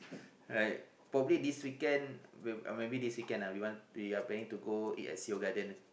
right probably this weekend uh maybe this weekend ah we want we are planning to go eat ah Seoul-Garden